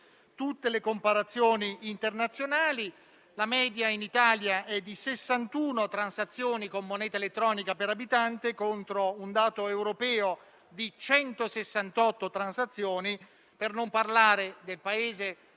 tutte le comparazioni internazionali. La media, in Italia, è di 61 transazioni con moneta elettronica per abitante, contro un dato europeo di 168 transazioni, per non parlare del Paese in